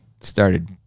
started